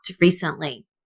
recently